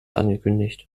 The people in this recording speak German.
angekündigt